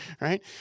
Right